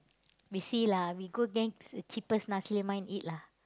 we see lah we go get cheapest nasi-lemak and eat lah